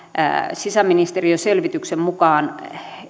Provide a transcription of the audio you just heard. sisäministeriön selvityksen mukaan